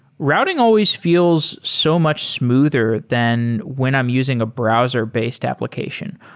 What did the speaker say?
routing always feels so much smoother than when i'm using a browser-based application.